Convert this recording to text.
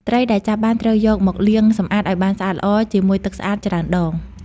ត្រីដែលចាប់បានត្រូវយកមកលាងសម្អាតឱ្យបានស្អាតល្អជាមួយទឹកស្អាតច្រើនដង។